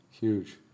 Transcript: Huge